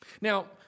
Now